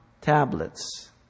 tablets